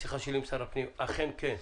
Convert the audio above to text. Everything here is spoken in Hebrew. בשיחה שלי עם שר הפנים אכן כן,